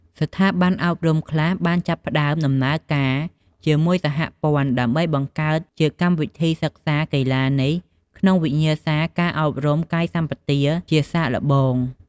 ស្ថាប័នអប់រំខ្លះបានចាប់ផ្តើមរួមដំណើរការជាមួយសហព័ន្ធ ដើម្បីបង្កើតជាកម្មវិធីសិក្សាកីឡានេះក្នុងវិញ្ញាសាការអប់រំកាយសម្បទាជាសាកល្បង។